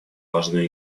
важную